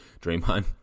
Draymond